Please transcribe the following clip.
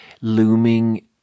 looming